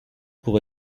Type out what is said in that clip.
pour